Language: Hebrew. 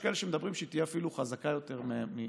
יש כאלה שאומרים שהיא תהיה אפילו חזקה יותר מזאת.